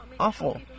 awful